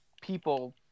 people